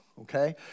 Okay